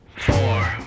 four